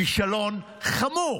כישלון חמור